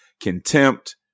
contempt